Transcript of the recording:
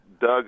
Doug